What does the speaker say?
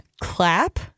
Clap